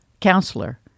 counselor